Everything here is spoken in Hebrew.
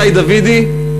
גיא דוידי,